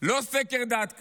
לא סקר דעת קהל,